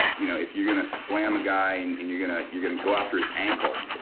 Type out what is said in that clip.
ah you know if you going to slam a guy and and you're going to you're going to go after his ankle,